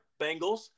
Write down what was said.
Bengals